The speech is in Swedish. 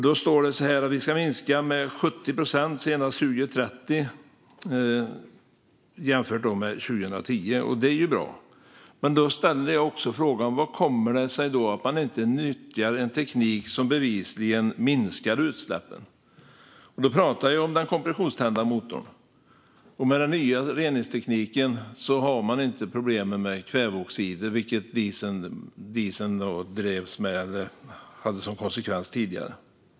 Där anges att vi ska minska med 70 procent senast 2030 jämfört med 2010. Det är ju bra, men jag ställde också frågan hur det kommer sig att man inte nyttjar en teknik som bevisligen minskar utsläppen. Det är den kompressionstända motorn jag pratar om. Med den nya reningstekniken finns inte problemen med kväveoxider, som dieseln hade som konsekvens tidigare.